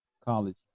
college